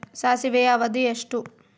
ಸಾಸಿವೆಯ ಅವಧಿ ಎಷ್ಟು?